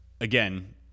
again